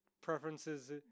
preferences